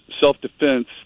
self-defense